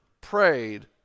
prayed